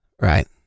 Right